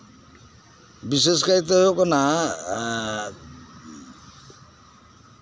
ᱵᱤᱥᱮᱥ ᱠᱟᱭᱛᱮ ᱦᱩᱭᱩᱜ ᱠᱟᱱᱟ